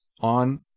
on